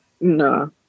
No